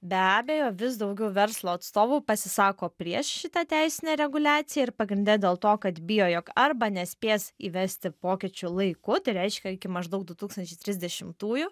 be abejo vis daugiau verslo atstovų pasisako prieš šitą teisinę reguliaciją ir pagrinde dėl to kad bijo jog arba nespės įvesti pokyčių laiku tai reiškia iki maždaug du tūkstančiai trisdešimtųjų